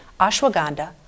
ashwagandha